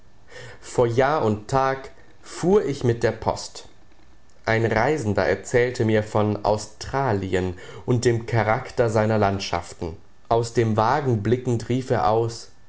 vor jahr und tag fuhr ich mit der post ein reisender erzählte mir von australien und dem charakter seiner landschaften aus dem wagen blickend rief er aus